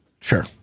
Sure